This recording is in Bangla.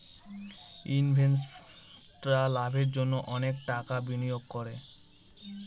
ইনভেস্টাররা লাভের জন্য অনেক টাকা বিনিয়োগ করে